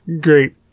great